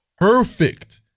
perfect